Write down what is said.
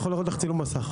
יכול להראות לך צילום מסך.